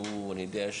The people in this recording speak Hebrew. אני יודע מה,